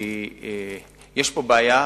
כי יש פה בעיה,